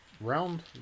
Round